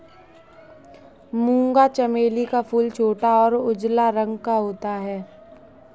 मूंगा चमेली का फूल छोटा और उजला रंग का होता है